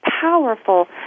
powerful